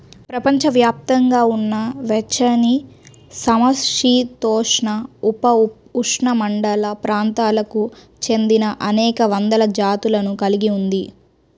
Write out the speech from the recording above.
ప్రపంచవ్యాప్తంగా ఉన్న వెచ్చనిసమశీతోష్ణ, ఉపఉష్ణమండల ప్రాంతాలకు చెందినఅనేక వందల జాతులను కలిగి ఉంది